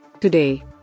Today